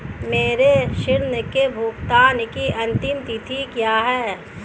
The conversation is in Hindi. मेरे ऋण के भुगतान की अंतिम तिथि क्या है?